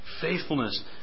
Faithfulness